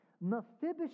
Mephibosheth